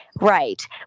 Right